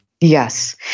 Yes